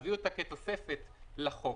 כתוספת לחוק.